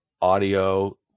audio